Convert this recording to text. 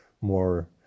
more